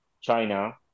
China